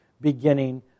beginning